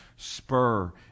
spur